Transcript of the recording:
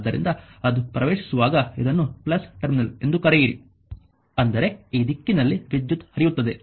ಆದ್ದರಿಂದ ಅದು ಪ್ರವೇಶಿಸುವಾಗ ಇದನ್ನು ಟರ್ಮಿನಲ್ ಎಂದು ಕರೆಯಿರಿ ಅಂದರೆ ಈ ದಿಕ್ಕಿನಲ್ಲಿ ವಿದ್ಯುತ್ ಹರಿಯುತ್ತದೆ